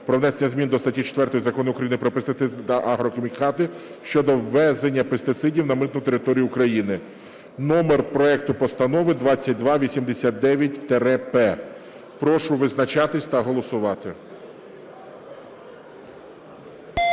"Про внесення змін до статті 4 Закону України "Про пестициди та агрохімікати" щодо ввезення пестицидів на митну територію України (номер проекту Постанови 2289-П). Прошу визначатися та голосувати.